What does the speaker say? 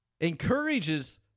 encourages